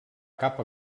cap